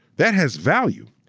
that has value,